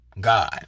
God